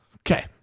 Okay